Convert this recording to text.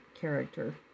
character